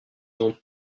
ont